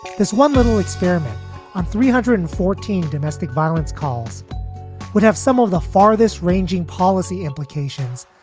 this one little experiment on three hundred and fourteen domestic violence calls would have some of the farthest ranging policy implications,